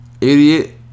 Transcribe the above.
idiot